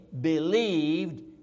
believed